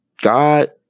God